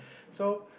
so